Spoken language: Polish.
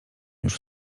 już